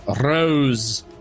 Rose